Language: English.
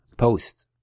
post